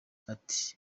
ati